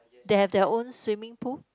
they have their own swimming pool